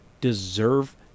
deserve